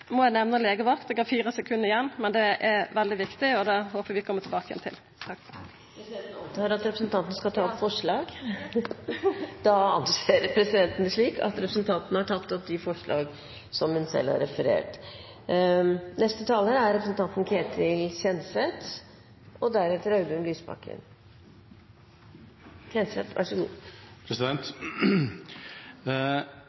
må eg nemne legevakt – eg har berre fire sekund igjen av taletida – for det er veldig viktig, og det håpar eg at vi kjem tilbake til. Presidenten antar at representanten Toppe vil ta opp forslag. Ja, det vil eg. Representanten Kjersti Toppe har tatt opp